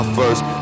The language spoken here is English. first